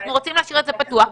אנחנו רוצים להשאיר את זה פתוח,